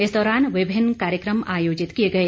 इस दौरान विभिन्न कार्यक्रम आयोजित किए गए